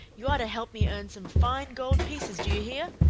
you are to help me earn some fine gold pieces, do you hear?